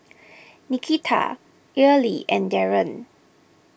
Nikita Earlie and Darron